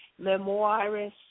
memoirist